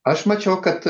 aš mačiau kad